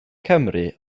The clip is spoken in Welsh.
cymru